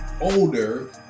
older